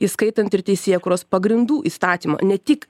įskaitant ir teisėkūros pagrindų įstatymą ne tik